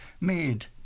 ...made